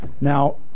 Now